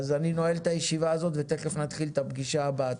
אני נועל את הישיבה הזו ותיכף נתחיל את הפגישה הבאה.